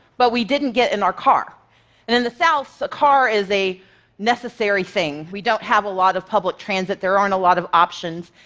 but we didn't get in our car. and in the south, a car is a necessary thing. we don't have a lot of public transit, there aren't a lot of options.